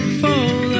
fall